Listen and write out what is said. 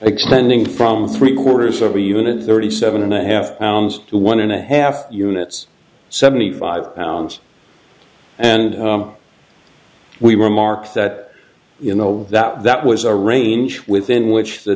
extending from three quarters of even a thirty seven and a half pounds to one and a half units seventy five pounds and we remarked that you know that that was a range within which the